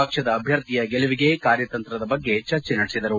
ಪಕ್ಷದ ಅಭ್ಯರ್ಥಿಯ ಗೆಲುವಿಗೆ ಕಾರ್ಯತಂತ್ರದ ಚರ್ಚೆ ನಡೆಸಿದರು